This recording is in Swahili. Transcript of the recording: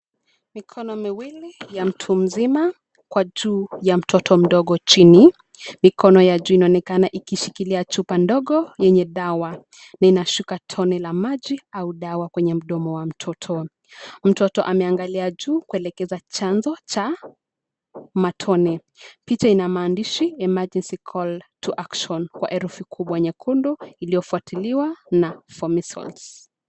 Mikono miwili ya mtu mzima, kwa juu ya mtoto mdogo chini. Mikono ya juu inaonekana ikishikilia chupa ndogo, yenye dawa. Na inashuka tone la maji au dawa kwenye mdomo wa mtoto. Mtoto ameangalia juu, kuelekeza chanzo cha matone. Picha ina maandishi Emergency Call to Action , kwa herufi kubwa nyekundu, iliyofuatiliwa na for measles .